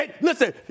listen